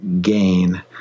gain